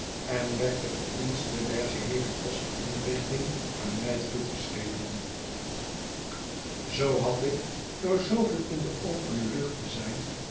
en werd de verdienste der geheele postinrichting aan mij toegeschreven zoo had ik door zooveel in de opene lucht te zijn